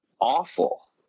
awful